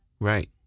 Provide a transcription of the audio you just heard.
right